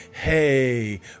hey